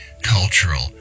cultural